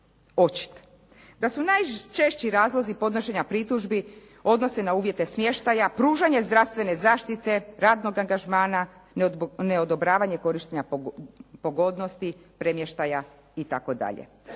Kada su najčešći podnošenja pritužbi, odnose na uvjete smještaja, pružanja zdravstvene zaštite, radnog angažmana, neodobravanje korištenja pogodnosti, premještaja itd.